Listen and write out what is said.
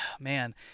man